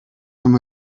from